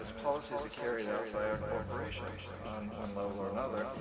policies are carried out by our corporations on one level or another.